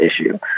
issue